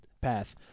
path